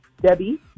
Debbie